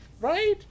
Right